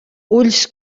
ulls